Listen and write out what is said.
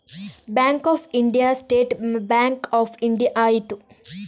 bank of India State Bank of India ಆಯಿತು